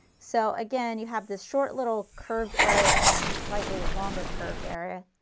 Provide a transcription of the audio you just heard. so again you have this short little curved area and then a slightly longer curved area.